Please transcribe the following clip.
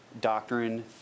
doctrine